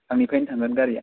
आंनिफ्रायनो थांगोन गारिया